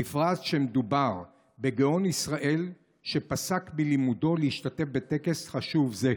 בפרט כשמדובר בגאון ישראל שפסק מלימודו להשתתף בטקס חשוב זה.